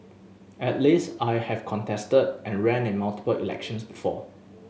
at least I have contested and ran in multiple elections before